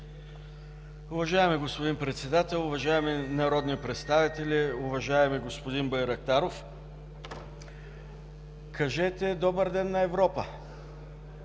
Уважаеми господин Председател, уважаеми народни представители! Уважаеми господин Байрактаров, кажете „Добър ден” на Европа.